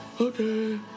Okay